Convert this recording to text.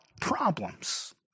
problems